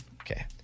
Okay